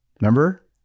Remember